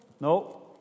No